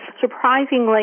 Surprisingly